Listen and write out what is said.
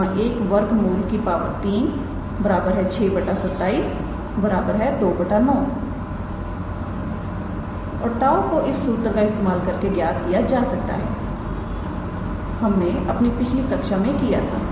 3 √41616 √441 3 6 27 2 9 और 𝜁 को इस सूत्र का इस्तेमाल करके ज्ञात किया जा सकता है हमने अपनी पिछली कक्षा में किया था